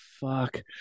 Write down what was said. fuck